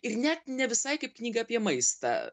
ir net ne visai kaip knygą apie maistą